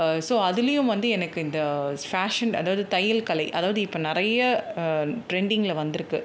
so அதுலேயும் வந்து எனக்கு இந்த ஃபேஷன் அதாவது தையல் கலை அதாவது இப்போ நிறைய ட்ரெண்டிங்கில் வந்திருக்கு